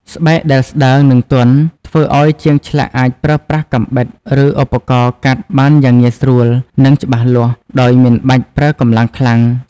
ស្បែកដែលស្តើង និងទន់ ធ្វើឱ្យជាងឆ្លាក់អាចប្រើប្រាស់កាំបិត ឬឧបករណ៍កាត់បានយ៉ាងងាយស្រួល និងច្បាស់លាស់ ដោយមិនបាច់ប្រើកម្លាំងខ្លាំង។